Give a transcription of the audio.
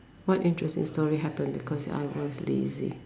what interesting story happened because I was lazy